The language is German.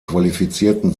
qualifizierten